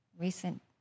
recent